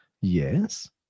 Yes